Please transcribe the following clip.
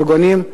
מסרים פוגעניים.